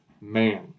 man